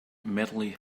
medley